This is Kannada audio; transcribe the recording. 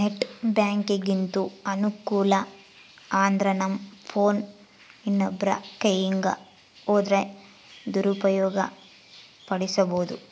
ನೆಟ್ ಬ್ಯಾಂಕಿಂಗಿಂದು ಅನಾನುಕೂಲ ಅಂದ್ರನಮ್ ಫೋನ್ ಇನ್ನೊಬ್ರ ಕೈಯಿಗ್ ಹೋದ್ರ ದುರುಪಯೋಗ ಪಡಿಸೆಂಬೋದು